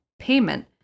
payment